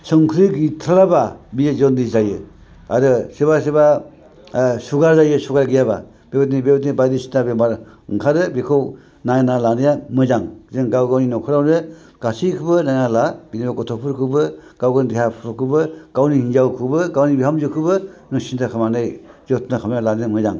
संख्रि गैथाराबा बियो जनदिस जायो आरो सोरबा सोरबा सुगार जायो सुगार गैयाबा बेफोरबारदि बायदिसिना बेमार ओंखारो बेखौ नायना लानाया मोजां जों गाव गावनि न'खरावनो गासैखौबो नायना ला बिदिनो गथ'फोरखौबो गावनि देहाफोरखौबो गावनि हिनजावखौबो गावनि बिहामजोखौबो सिन्था खामनानै जथ्न' खालामनानै लानाया मोजां